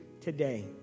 today